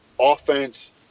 offense